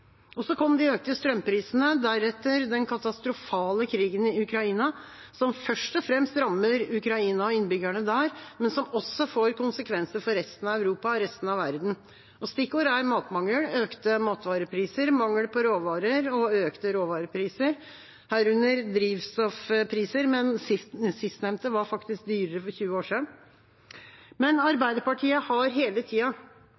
Så kom de økte strømprisene, deretter den katastrofale krigen i Ukraina, som først og fremst rammer Ukraina og innbyggerne der, men som også får konsekvenser for resten av Europa og resten av verden. Stikkord er matmangel og økte matvarepriser, mangel på råvarer og økte råvarepriser, herunder på drivstoff, men sistnevnte var faktisk dyrere for 20 år siden. Arbeiderpartiet har hele tida,